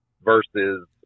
versus